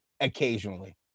occasionally